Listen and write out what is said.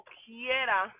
quiera